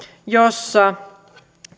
jossa